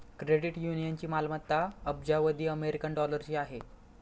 credit युनियनची मालमत्ता अब्जावधी अमेरिकन डॉलरची आहे